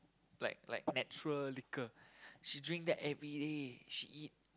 like like natural liquor she drink that everyday she eat